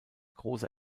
große